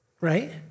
Right